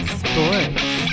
sports